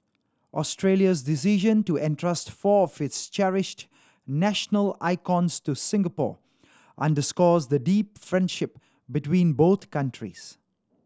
Australia's decision to entrust four of its cherished national icons to Singapore underscores the deep friendship between both countries